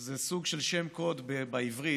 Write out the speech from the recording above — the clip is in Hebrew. זה סוג של שם קוד בעברית.